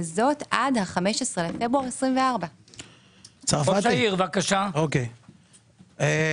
וזאת עד 15 בפברואר 2024. אטיאס,